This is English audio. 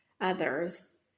others